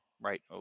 right